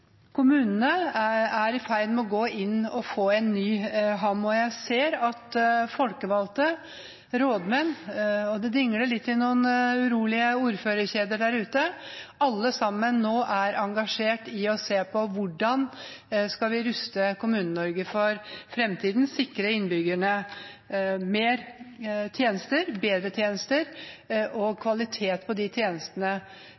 Kommunene er i ferd med å gå inn og få en ny ham, og jeg ser at folkevalgte, rådmenn – det dingler litt i noen urolige ordførerkjeder der ute – at alle sammen nå er engasjert i å se på hvordan vi skal ruste Kommune-Norge for fremtiden, sikre innbyggerne flere tjenester, bedre tjenester og